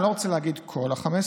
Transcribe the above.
אני לא רוצה להגיד כל ה-15,